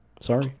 Sorry